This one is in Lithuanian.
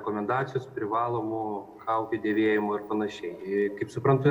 rekomendacijos privalomu kaukių dėvėjimu ir panašiai kaip suprantu